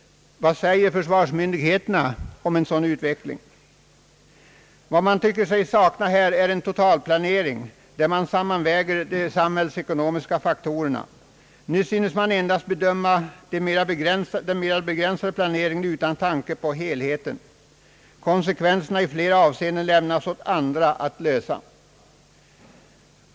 Vad säger försvarsmyndigheterna om en sådan utveckling? Vad man tycker sig sakna är en totalplanering där de samhällsekonomiska faktorerna sammanvägs. Nu synes man endast bedöma den mera begränsade planeringen utan tanke på helheten. Konsekvenserna i flera avseenden lämnas åt andra att lösa.